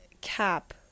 cap